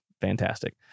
Fantastic